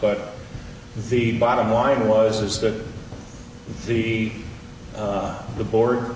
but the bottom line was that the the board